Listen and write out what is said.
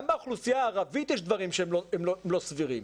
גם באוכלוסייה הערבית יש דברים שהם לא סבירים.